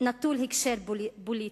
נטול הקשר פוליטי: